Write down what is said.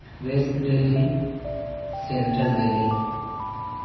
waste Delhi central Delhi